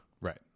Right